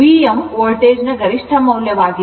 Vm voltage ನ ಗರಿಷ್ಠ ಮೌಲ್ಯವಾಗಿದೆ